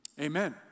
Amen